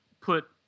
put